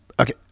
okay